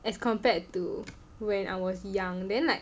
as compared to when I was young then like